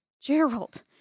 Gerald